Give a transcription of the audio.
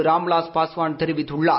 ராம்விலாஸ் பாஸ்வாள் தெரிவித்துள்ளார்